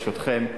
ברשותכם,